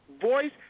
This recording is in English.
voice